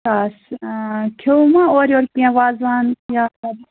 اَدٕ سٲ آ کھیٚوِو اورٕ یور کیٚنٛہہ وازٕوان یا